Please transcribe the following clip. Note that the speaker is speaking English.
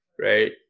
right